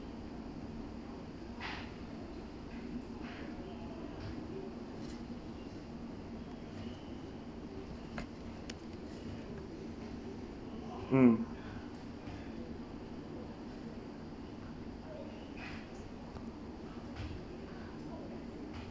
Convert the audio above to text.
mm